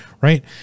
right